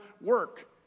work